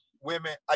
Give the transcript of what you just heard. women